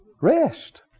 Rest